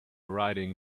riding